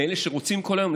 מאלה שרוצים כל היום,